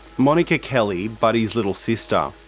monica kelly, buddy's little sister,